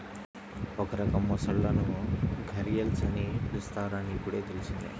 ఒక రకం మొసళ్ళను ఘరియల్స్ అని పిలుస్తారని ఇప్పుడే తెల్సింది